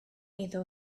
iddo